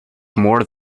more